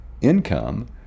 income